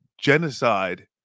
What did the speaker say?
genocide